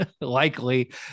likely